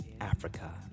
Africa